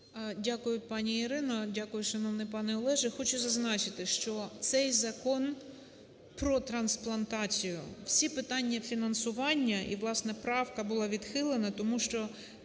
Дякую, пані Ірино. Дякую, шановний пане Олеже. Хочу зазначити, що цей закон про трансплантацію. Всі питання фінансування і, власне, правка була відхилена, тому що